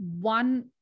one